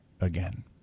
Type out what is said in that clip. again